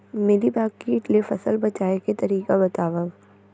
Mealybug किट ले फसल बचाए के तरीका बतावव?